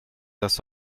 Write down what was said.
das